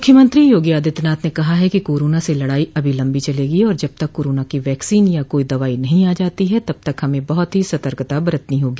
मुख्यमंत्री योगी आदित्यनाथ ने कहा है कि कोरोना से लड़ाई अभी लम्बी चलेगी और जब तक कोरोना की वैक्सीन या कोई दवाई नहीं आ जाती है तब तक हमें बहुत ही सतर्कता बरतनी होगी